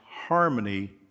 harmony